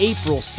April